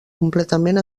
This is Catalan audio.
completament